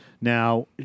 now